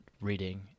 reading